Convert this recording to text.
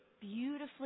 beautifully